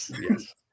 Yes